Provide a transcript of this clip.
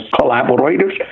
collaborators